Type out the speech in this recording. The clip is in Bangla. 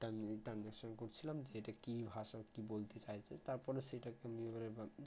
টান ট্রাঞ্জাকশন করছিলাম যে এটা কী ভাষা কী বলতে চাইছে তারপরে সেটাকে আমি এবারে ভা